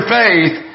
faith